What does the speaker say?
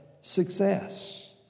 success